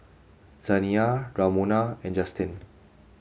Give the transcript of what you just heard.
Zaniyah Ramona and Justen